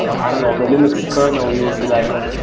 i don't know, the linux kernel, we would be like on